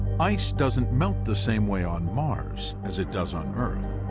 ice doesn't melt the same way on mars as it does on earth.